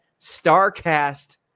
StarCast